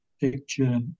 picture